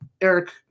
Eric